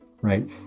right